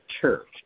church